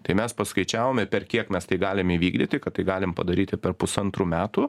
tai mes paskaičiavome per kiek mes tai galime įvykdyti kad tai galim padaryti per pusantrų metų